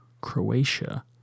Croatia